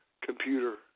computer